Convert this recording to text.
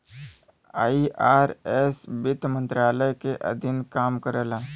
IRS वित्त मंत्रालय के अधीन काम करला